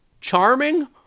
charming